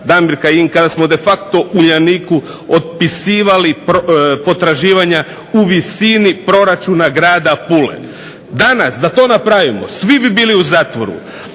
Damir Kajin kada smo de facto u Uljaniku otpisivali potraživanja u visini proračuna grada Pule. Danas da to napravimo svi bi bili u zatvoru.